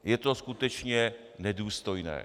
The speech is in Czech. Je to skutečně nedůstojné.